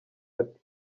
ati